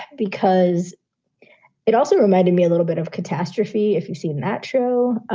because it also reminded me a little bit of catastrophe. if you see natural ah